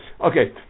Okay